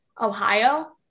Ohio